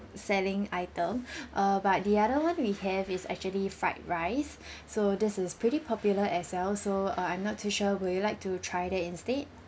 selling item uh but the other one we have is actually fried rice so this is pretty popular as well so uh I'm not too sure will you like to try that instead